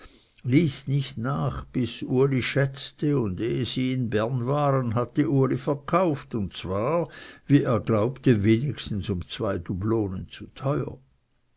ließ nicht nach bis uli schätzte und ehe sie in bern waren hatte uli verkauft und zwar wie er glaubte wenigstens um zwei dublonen zu teuer